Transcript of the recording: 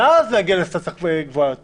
ואז להגיע לאינסטנציה גבוהה יותר?